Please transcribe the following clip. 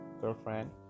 girlfriend